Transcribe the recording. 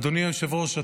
אדוני היושב-ראש,